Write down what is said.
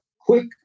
quick